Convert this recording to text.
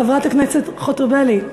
חברת הכנסת חוטובלי,